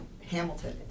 Hamilton